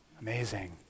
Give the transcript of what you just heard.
Amazing